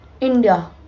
INDIA